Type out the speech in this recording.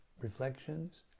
reflections